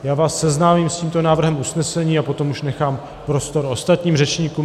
Já vás seznámím s tímto návrhem usnesení a potom už nechám prostor ostatním řečníkům.